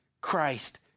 Christ